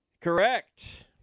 correct